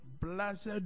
blessed